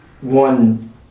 One